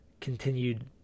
continued